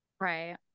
Right